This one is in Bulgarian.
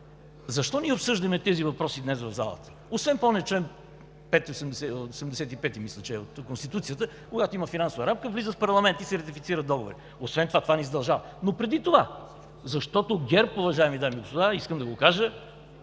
защо ние обсъждаме тези въпроси днес в залата? Освен по онзи чл. 85 от Конституцията, когато има финансова рамка, влиза в парламента и се ратифицират договорите. Освен това, това ни задължава. Но преди това? Защото ГЕРБ, уважаеми дами и господа, искам да го кажа